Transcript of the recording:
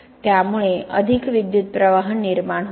त्यामुळे अधिक विद्युत प्रवाह निर्माण होतो